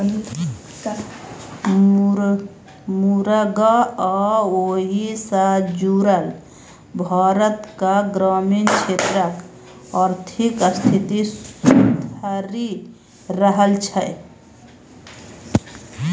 मुरगा आ ओहि सँ जुरल भारतक ग्रामीण क्षेत्रक आर्थिक स्थिति सुधरि रहल छै